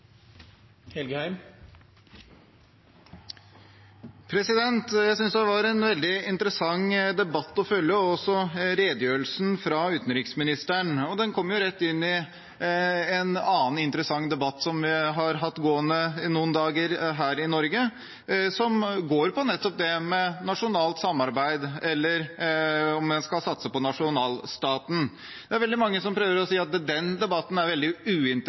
Jeg synes det var en veldig interessant debatt å følge – også redegjørelsen fra utenriksministeren. Den kom jo rett inn i en annen interessant debatt som vi har hatt gående noen dager her i Norge, og som går på nettopp internasjonalt samarbeid eller om man skal satse på nasjonalstaten. Det er veldig mange som prøver å si at den debatten er veldig